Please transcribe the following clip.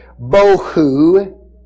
Bohu